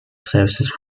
services